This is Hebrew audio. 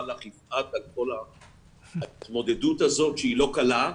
תודה לך יפעת על כל ההתמודדות הזאת שהיא לא קלה.